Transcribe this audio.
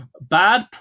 bad